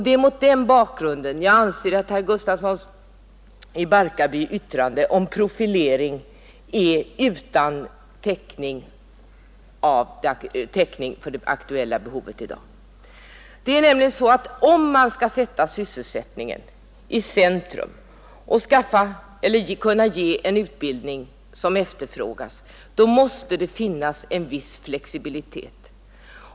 Det är mot den bakgrunden jag anser att herr Gustafssons i Barkarby yttrande om profilering är utan täckning i det aktuella behovet i dag. Det är nämligen så att om man skall sätta sysselsättningen i centrum och kunna ge en utbildning som efterfrågas så måste det finnas en viss flexibilitet.